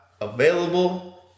available